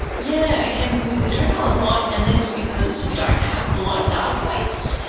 yeah again, we we don't know a lot, and that is because we don't have a lot of data points,